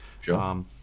Sure